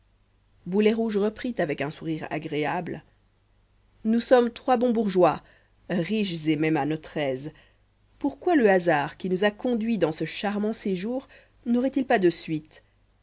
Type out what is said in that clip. boulet rouge reprit avec un sourire agréable nous sommes trois bons bourgeois riches et même à notre aise pourquoi le hasard qui nous a conduits dans ce charmant séjour n'aurait-il pas de suites